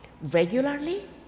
regularly